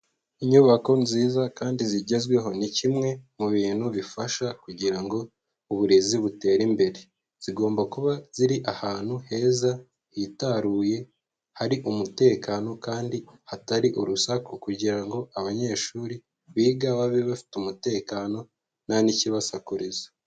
Inyubako nziza kandi zigezweho ni kimwe mu bintu bifasha kugira ngo uburezi butere imbere, zigomba kuba ziri ahantu heza hitaruye hari umutekano kandi hatari urusaku, kugira ngo abanyeshuri biga babe bafite umutekano nta n'ikibasakuriza.